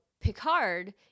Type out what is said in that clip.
Picard